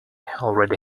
already